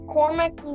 Cormac